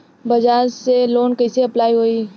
बज़ाज़ से लोन कइसे अप्लाई होई?